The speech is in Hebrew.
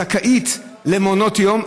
היא זכאית למעונות יום,